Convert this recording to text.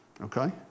okay